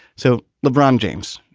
so lebron james,